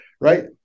right